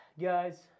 guys